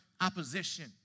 opposition